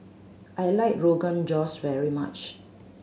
I like Rogan Josh very much